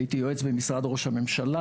הייתי יועץ במשרד ראש הממשלה.